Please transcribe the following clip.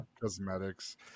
Cosmetics